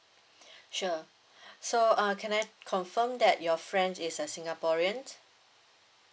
sure so uh can I confirm that your friend is a singaporean